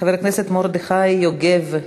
חבר הכנסת מרדכי יוגב,